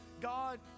God